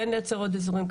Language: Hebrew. כן לייצר עוד אזורים,